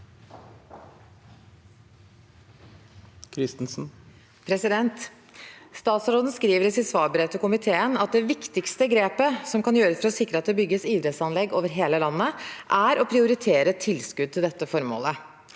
Statsråden skriver i sitt svarbrev til komiteen: «Det viktigste grepet som kan gjøres for å sikre at det bygges idrettsanlegg over hele landet, er å prioritere tilskudd til dette formålet.»